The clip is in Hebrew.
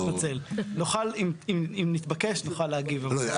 אם נתבקש, נוכל להגיב על זה.